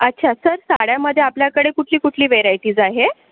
अच्छा सर साड्यामध्ये आपल्याकडे कुठली कुठली वेरायटीज आहे